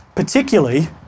Particularly